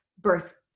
birth